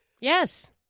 Yes